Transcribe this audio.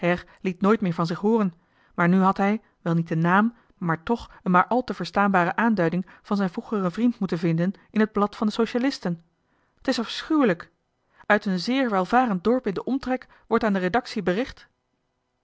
liet nooit meer van zich hooren maar nu had hij wel niet de naam maar tch een maar al te verstaanbare aanduiding van zijn vroegeren vriend moeten vinden in het blad van de socialisten t is afschuwelijk uit een zeer welvarend dorp in den omtrek wordt aan de redactie bericht